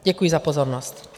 Děkuji za pozornost.